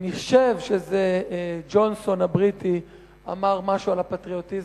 אני חושב שג'ונסון הבריטי אמר משהו על הפטריוטיזם,